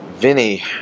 Vinny